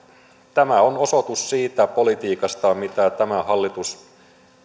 tämä on osoitus siitä politiikasta mitä tämä hallitus